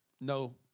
No